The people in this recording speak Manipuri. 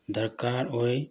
ꯗꯔꯀꯥꯔ ꯑꯣꯏ